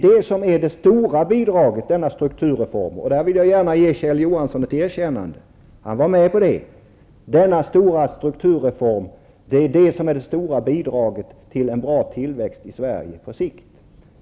Jag vill ge Kjell Johansson ett erkännande för att han var med om denna stora strukturreform, som är det stora bidraget till en bra tillväxt i Sverige på sikt.